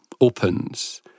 opens